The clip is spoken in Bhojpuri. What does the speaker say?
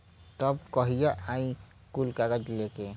तब कहिया आई कुल कागज़ लेके?